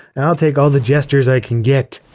i'll take all the gestures i can get.